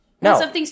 No